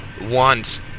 want